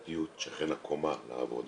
זה יעבור למחוז וההנהלה הרפואית תצטרך לעשות